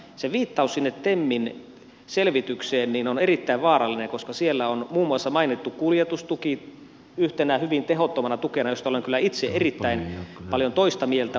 se viittaus temin selvitykseen on erittäin vaarallinen koska siellä on muun muassa mainittu yhtenä hyvin tehottomana tukena kuljetustuki josta olen kyllä itse erittäin paljon toista mieltä